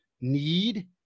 need